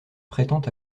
prétend